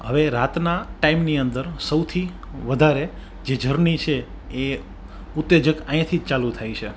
હવે રાતના ટાઈમની અંદર સૌથી વધારે જે જર્ની છે એ ઉત્તેજક અહીંયાથી જ ચાલુ થાય છે